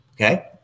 Okay